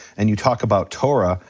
and you talk about torah,